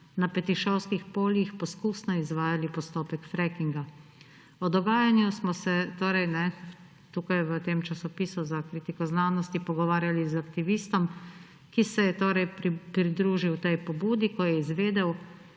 na Petišovskih poljih poskusno izvajali postopek frackinga. O dogajanju smo se torej tukaj v Časopisu za kritiko znanosti pogovarjali z aktivnost, ki se je torej pridružil tej pobudi, ko je izvedel,